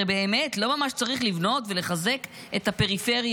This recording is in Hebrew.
הרי באמת לא ממש צריך לבנות ולחזק את הפריפריה,